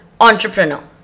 entrepreneur